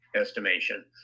estimation